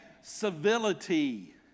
civility